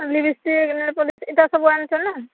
lipstick nail polish ଏନ୍ତା ସବୁ ଆଣିଛନ୍ତିନା